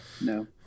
No